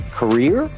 career